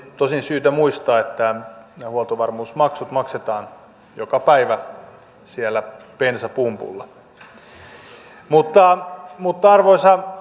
tosin on syytä muistaa että huoltovarmuusmaksut maksetaan joka päivä siellä bensapumpulla